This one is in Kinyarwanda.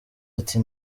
ati